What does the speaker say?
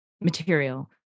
material